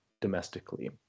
domestically